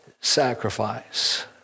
sacrifice